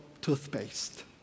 toothpaste